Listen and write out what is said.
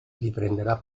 riprenderà